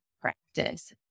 practice